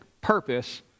purpose